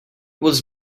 was